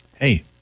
Hey